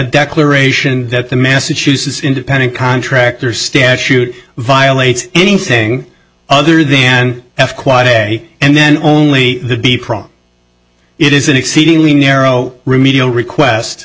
declaration that the massachusetts independent contractor statute violates anything other then f quiet and then only the problem it is an exceedingly narrow remedial request